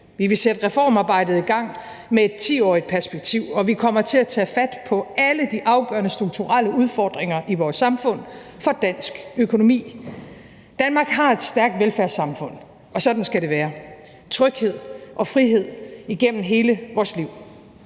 Vi vil sætte reformarbejdet i gang med et 10-årigt perspektiv, og vi kommer til at tage fat på alle de afgørende strukturelle udfordringer i vores samfund for dansk økonomi. Danmark har et stærkt velfærdssamfund, og sådan skal det være – tryghed og frihed igennem hele vores liv.